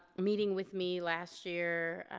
meeting with me last year,